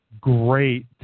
great